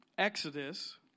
Exodus